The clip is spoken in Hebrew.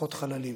פחות חללים.